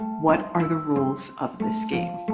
what are the rules of this game?